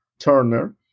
Turner